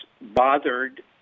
bothered